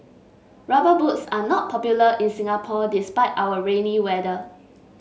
rubber boots are not popular in Singapore despite our rainy weather